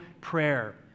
prayer